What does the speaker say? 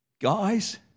Guys